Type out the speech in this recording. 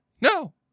no